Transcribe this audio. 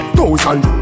thousand